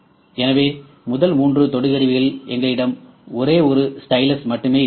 எனவே முதல் மூன்று தொடு கருவிகளில் எங்களிடம் ஒரே ஒரு ஸ்டைலஸ் மட்டுமே இருந்தது